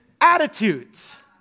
attitudes